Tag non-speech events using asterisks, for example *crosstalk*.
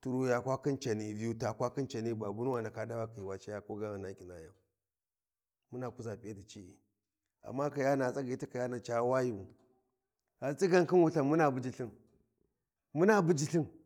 tiru ya kwa khin cani Vyu ta kwa khin cani babunu a ndaka ɗa khi wa caya ko ga hyina ƙinayiyau muna kuʒa piyati ci’e amma kayana tsaghi ti kayana ca wayu gha tsigan khin wulthan muna buji ithin *noise* muna bujilthin.